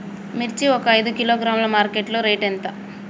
మిర్చి ఒక ఐదు కిలోగ్రాముల మార్కెట్ లో రేటు ఎంత?